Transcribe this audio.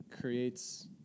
creates